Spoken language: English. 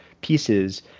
pieces